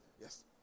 Yes